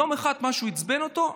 ויום אחד משהו עצבן אותו,